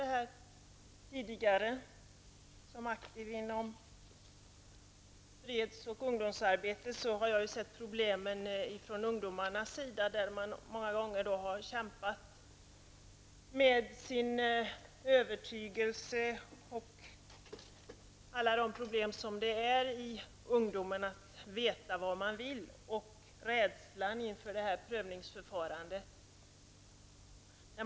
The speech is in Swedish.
Som aktiv inom freds och ungdomsarbetet har jag sett problemet från ungdomarnas sida. De kämpar många gånger med sin övertygelse, med alla de problem som det innebär att i ungdomen veta vad man vill och med rädslan inför detta prövningsförfarande.